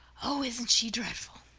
oh, isn't she dreadful?